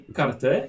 kartę